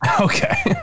Okay